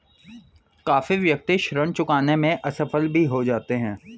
काफी व्यक्ति ऋण चुकाने में असफल भी हो जाते हैं